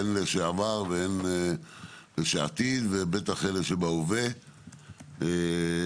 אלה לשעבר אלה שלעתיד ובטח אלה שבהווה כדבר